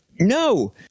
No